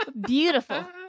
Beautiful